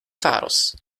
faros